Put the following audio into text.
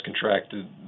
contracted